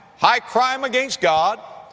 high crime against god,